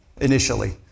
initially